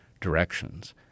directions